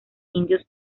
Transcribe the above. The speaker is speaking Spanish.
indios